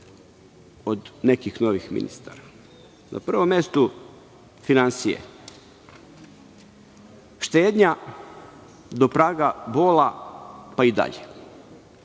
od nekih novih ministara? Na prvom mestu finansije. Štednja do praga bola, pa i dalje.